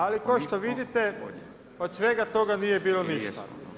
Ali kao što vidite od svega toga nije bilo ništa.